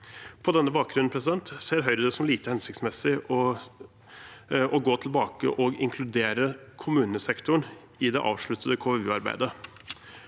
På denne bakgrunn ser Høyre det som lite hensiktsmessig å gå tilbake og inkludere kommunesektoren i det avsluttede KVU-arbeidet.